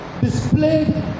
displayed